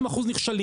לא 30% נכשלים,